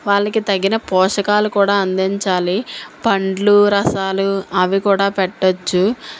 వాళ్ళకి తగిన పోషకాలు కూడా అందించాలి పళ్ళు రసాలు అవి కూడా పెట్టవచ్చు